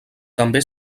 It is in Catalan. també